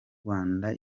rwanda